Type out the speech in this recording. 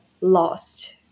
lost